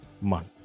month